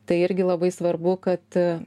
tai irgi labai svarbu kad